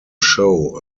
show